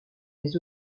des